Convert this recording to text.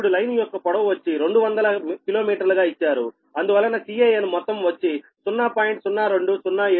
ఇప్పుడు లైను యొక్క పొడవు వచ్చి 200 కిలోమీటర్లు గా ఇచ్చారు అందువలన Can మొత్తం వచ్చి 0